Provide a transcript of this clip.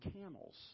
camels